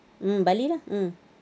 mm bali lah mm